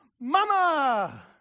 Mama